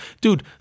dude